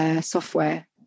software